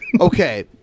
Okay